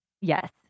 yes